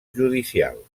judicial